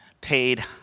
paid